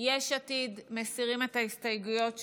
יש עתיד מסירים את ההסתייגויות שלהם,